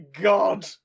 god